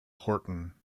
horton